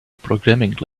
programming